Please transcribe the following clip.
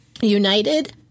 United